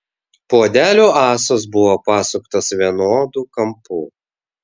puodelių ąsos buvo pasuktos vienodu kampu